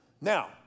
Now